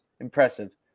Impressive